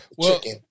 chicken